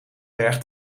berg